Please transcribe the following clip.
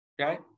okay